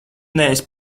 neesi